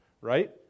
right